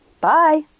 Bye